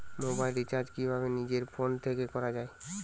Mobile recharge কিভাবে নিজের phone থেকে করা য়ায়?